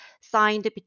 signed